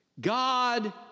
God